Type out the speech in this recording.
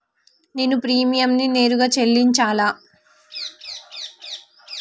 నేను ప్రీమియంని నేరుగా చెల్లించాలా?